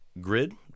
grid